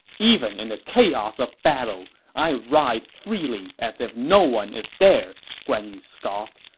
even in the chaos of battle, i ride freely as if no one is there! guan yu scoffed.